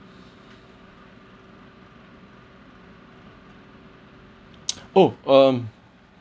oh um